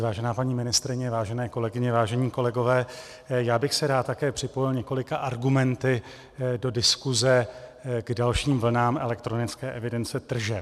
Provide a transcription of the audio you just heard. Vážená paní ministryně, vážené kolegyně, vážení kolegové, já bych se rád také připojil několika argumenty do diskuse k dalším vlnám elektronické evidence tržeb.